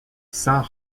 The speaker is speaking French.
saint